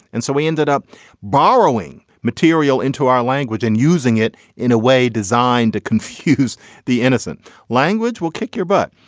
and so we ended up borrowing material into our language and using it in a way designed to confuse the innocent language will kick your butt.